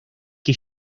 que